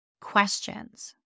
questions